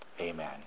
Amen